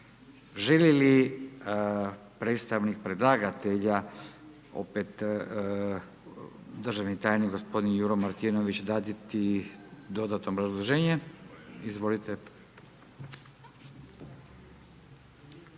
Želi li predstavnik predlagatelja opet državni tajnik gospodin Juro Martinović, dati dodatno obrazloženje? Izvolite.